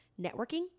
networking